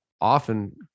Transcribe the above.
often